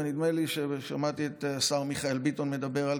ונדמה לי ששמעתי את השר מיכאל ביטון מדבר על